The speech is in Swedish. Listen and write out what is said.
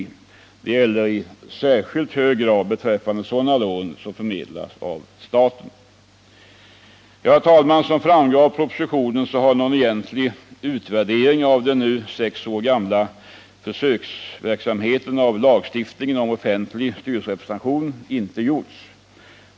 Detta gäller i särskilt hög grad Som framgår av propositionen har någon egentlig utvärdering av den nu sex år gamla försöksverksamheten enligt lagstiftningen om offentlig styrelserepresentation inte gjorts.